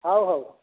ହେଉ ହେଉ